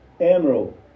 emerald